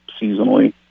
seasonally